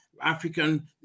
African